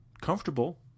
comfortable